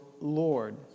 Lord